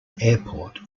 airport